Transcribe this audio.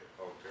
Okay